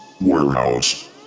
warehouse